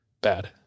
bad